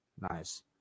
nice